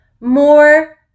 more